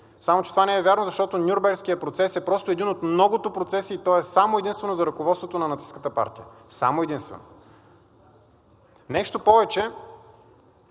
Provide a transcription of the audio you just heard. Само че това не е вярно, защото Нюрнбергският процес е просто един от многото процеси и той е само единствено за ръководството на нацистката партия. Само единствено! Нещо повече,